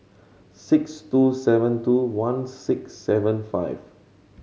six two seven two one six seven five